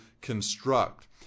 construct